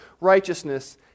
righteousness